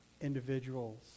individuals